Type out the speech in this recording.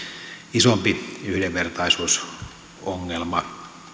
isompi yhdenvertaisuusongelma